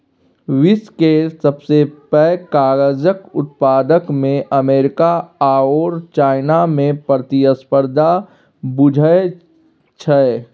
विश्व केर सबसे पैघ कागजक उत्पादकमे अमेरिका आओर चाइनामे प्रतिस्पर्धा बुझाइ छै